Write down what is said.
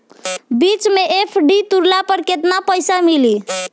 बीच मे एफ.डी तुड़ला पर केतना पईसा मिली?